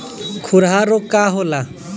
खुरहा रोग का होला?